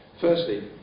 Firstly